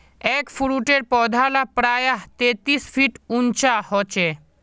एगफ्रूटेर पौधा ला प्रायः तेतीस फीट उंचा होचे